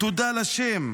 "תודה להשם,